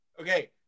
Okay